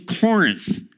Corinth